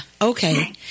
Okay